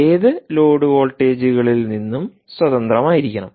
ഏത് ലോഡ് വോൾട്ടേജുകളിൽ നിന്നും സ്വതന്ത്രമായിരിയിരിക്കണം